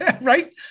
Right